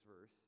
verse